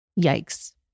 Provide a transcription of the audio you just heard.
Yikes